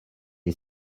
est